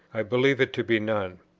i believe it to be none.